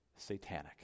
Satanic